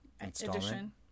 edition